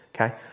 Okay